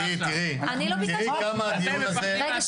עידית תראי כמה הדיון הזה -- רגע,